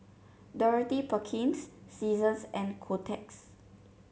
Dorothy Perkins Seasons and Kotex